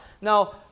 Now